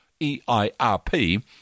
EIRP